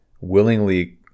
willingly